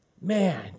Man